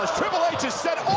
triple h is